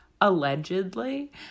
allegedly